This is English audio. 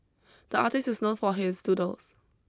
the artist is known for his doodles